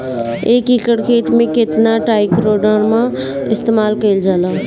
एक एकड़ खेत में कितना ट्राइकोडर्मा इस्तेमाल कईल जाला?